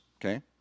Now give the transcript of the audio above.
okay